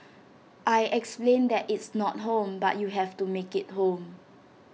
I explained that it's not home but you have to make IT home